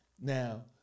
now